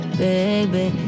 baby